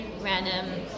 random